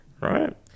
Right